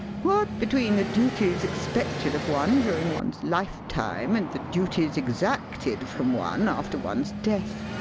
what between the duties expected of one during one's lifetime, and the duties exacted from one after one's death,